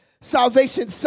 Salvation